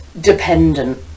dependent